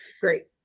Great